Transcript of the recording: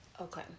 Okay